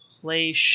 play